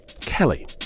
Kelly